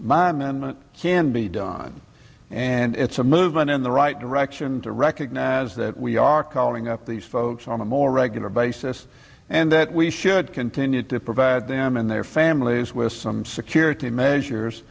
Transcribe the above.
men can be done and it's a movement in the right direction to recognize that we are calling up these folks on a more regular basis and that we should continue to provide them and their families with some security measures